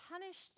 punished